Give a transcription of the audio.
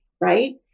right